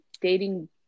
dating